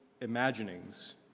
imaginings